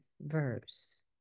verse